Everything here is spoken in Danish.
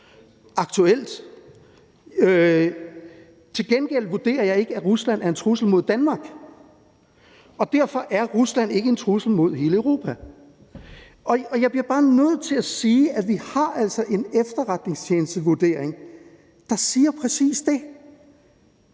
Georgien. Til gengæld vurderer jeg ikke, at Rusland er en trussel mod Danmark, og derfor er Rusland ikke en trussel mod hele Europa. Og jeg bliver bare nødt til at sige, at vi altså har en efterretningstjenestevurdering, der siger præcis det.